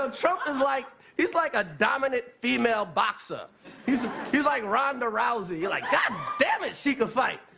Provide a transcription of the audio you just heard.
ah trump is like he's like a dominant female boxer he's he's like ronda rousey like damn, it she can fight.